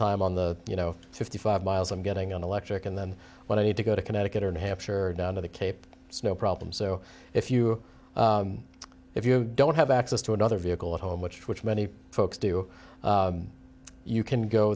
time on the you know fifty five miles i'm getting on electric and then when i need to go to connecticut or new hampshire or down to the cape snow problem so if you if you don't have access to another vehicle at home which which many folks do you can go